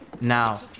Now